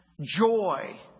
joy